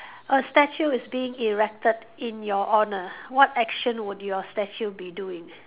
a statue is being erected in your honour what action would your statue be doing